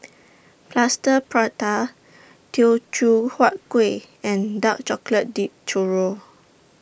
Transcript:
Plaster Prata Teochew Huat Kuih and Dark Chocolate Dipped Churro